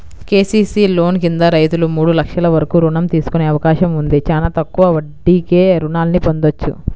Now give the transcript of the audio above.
KCC loan కింద రైతులు మూడు లక్షల వరకు రుణం తీసుకునే అవకాశం ఉంది, చానా తక్కువ వడ్డీకే రుణాల్ని పొందొచ్చు